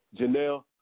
Janelle